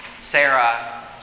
Sarah